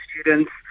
students